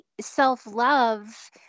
self-love